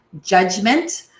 judgment